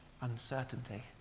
uncertainty